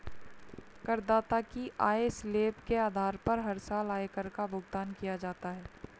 करदाता की आय स्लैब के आधार पर हर साल आयकर का भुगतान किया जाता है